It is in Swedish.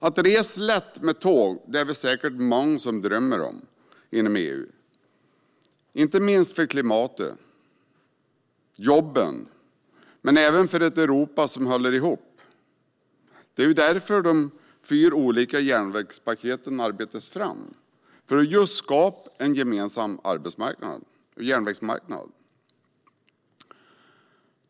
Att resa lätt med tåg är vi säkert många som drömmer om inom EU, inte minst för klimatet och jobben, men även för ett Europa som håller ihop. Det är därför som de fyra olika järnvägspaketen arbetas fram, det vill säga för att just skapa en gemensam järnvägsmarknad.